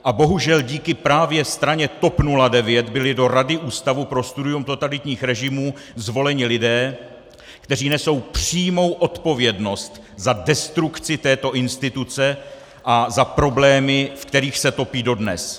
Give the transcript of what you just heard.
A bohužel díky právě straně TOP 09 byli do Rady Ústavu pro studium totalitních režimů zvoleni lidé, kteří nesou přímou odpovědnost za destrukci této instituce a za problémy, ve kterých se topí dodnes!